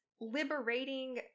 liberating